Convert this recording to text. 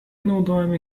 naudojami